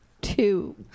Two